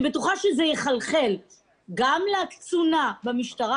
אני בטוחה שזה יחלחל גם לקצונה במשטרה,